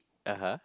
(uh huh)